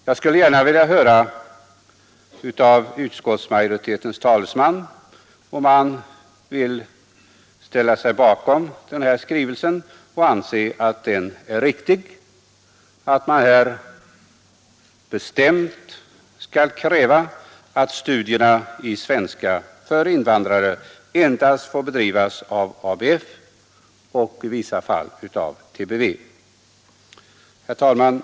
Jag skulle gärna vilja höra av utskottsmajoritetens talesman om han vill ställa sig bakom skrivelsen och om han anser att det är riktigt att man kräver att undervisningen i svenska för invandrare endast får bedrivas av ABF och i vissa fall av TBV. Herr talman!